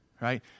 Right